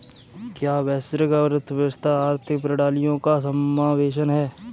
क्या वैश्विक अर्थव्यवस्था आर्थिक प्रणालियों का समावेशन है?